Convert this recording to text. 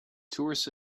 tourists